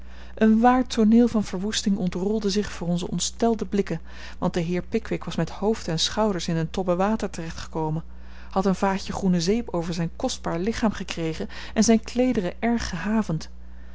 een waar tooneel van verwoesting ontrolde zich voor onze ontstelde blikken want de heer pickwick was met hoofd en schouders in een tobbe water terecht gekomen had een vaatje groene zeep over zijn kostbaar lichaam gekregen en zijn kleederen erg gehavend